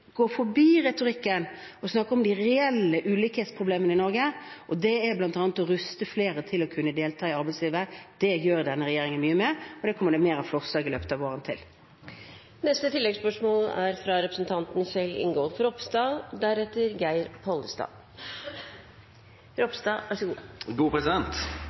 går forbi retorikken og snakker om de reelle ulikhetsproblemene i Norge, og da må vi bl.a. ruste flere til å kunne delta i arbeidslivet. Det gjør denne regjeringen mye med, og det kommer det flere forslag om i løpet av våren.